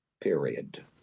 period